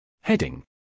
Heading